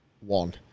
one